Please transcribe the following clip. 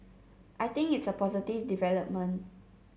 I think it's a positive development